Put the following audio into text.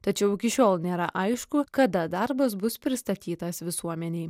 tačiau iki šiol nėra aišku kada darbas bus pristatytas visuomenei